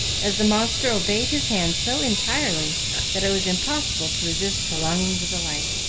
as the monster obeyed his hand so entirely that it was impossible to resist prolonging the delight.